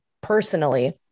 personally